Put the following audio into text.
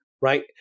Right